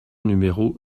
numéro